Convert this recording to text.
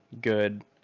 good